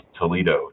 Toledo